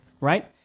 right